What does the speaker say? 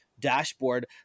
dashboard